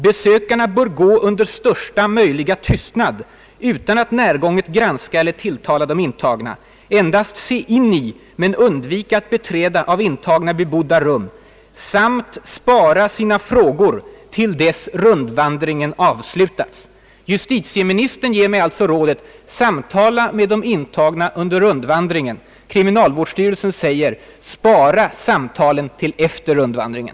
Besökarna bör gå under största möjliga tystnad, utan att närgånget granska eller tilltala de intagna, endast se in i men undvika att beträda av intagna bebod da rum samt spara sina frågor till dess rundvandringen avslutats.» Justitieministern ger mig alltså rådet att samtala med de intagna under rundvandringen. Kriminalvårdsstyrelsen säger: spara samtalen till efter rundvandringen!